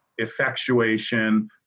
effectuation